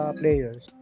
players